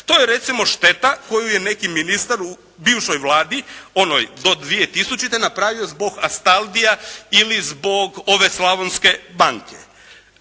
To je recimo šteta koju je neki ministar u bivšoj Vladi onoj do 2000. napravio zbog Astaldia ili zbog ove Slavonske banke.